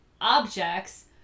objects